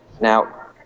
Now